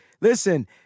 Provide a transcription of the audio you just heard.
listen